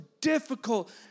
difficult